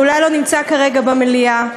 שאולי לא נמצא כרגע במליאה,